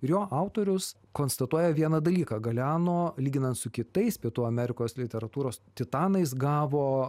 ir jo autorius konstatuoja vieną dalyką galeano lyginant su kitais pietų amerikos literatūros titanais gavo